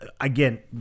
again